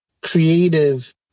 creative